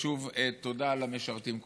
שוב, תודה למשרתים כולם.